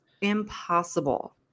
impossible